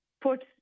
put